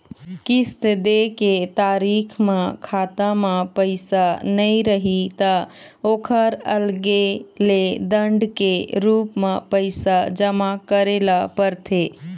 किस्त दे के तारीख म खाता म पइसा नइ रही त ओखर अलगे ले दंड के रूप म पइसा जमा करे ल परथे